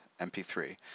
MP3